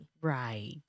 right